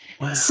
Wow